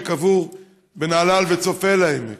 שקבור בנהלל וצופה לעמק.